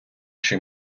чий